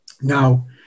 Now